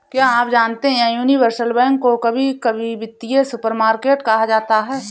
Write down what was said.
क्या आप जानते है यूनिवर्सल बैंक को कभी कभी वित्तीय सुपरमार्केट कहा जाता है?